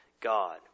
God